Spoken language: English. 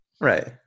Right